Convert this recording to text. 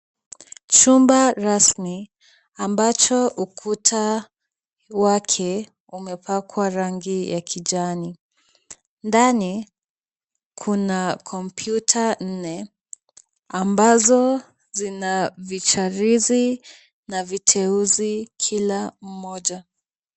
Chumba rasmi ambacho ukuta wake umepakwa rangi ya kijani. Ndani kuna kompyuta nne ambazo zina vicharizi na viteuzi kila moja.